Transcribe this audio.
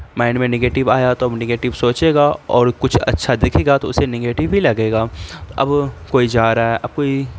mind میں negative آیا تو وہ اب نیگیٹو سوچے گا اور کچھ اچھا دیکھے گا تو اسے نیگیٹو ہی لگے گا تو اب وہ کوئی جا رہا ہے اب کوئی